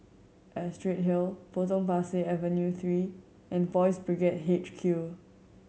Astrid Hill Potong Pasir Avenue Three and Boys' Brigade H Q